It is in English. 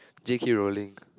J_K-Rowling